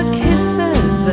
kisses